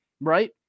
Right